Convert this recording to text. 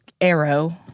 Arrow